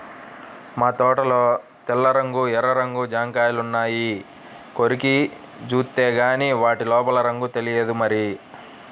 మా తోటలో తెల్ల రంగు, ఎర్ర రంగు జాంకాయలున్నాయి, కొరికి జూత్తేగానీ వాటి లోపల రంగు తెలియదు మరి